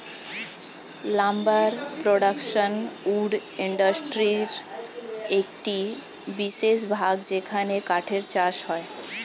lumber production wood ইন্ডাস্ট্রির একটি বিশেষ ভাগ যেখানে কাঠের চাষ হয়